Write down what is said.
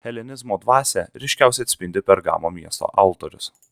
helenizmo dvasią ryškiausiai atspindi pergamo miesto altorius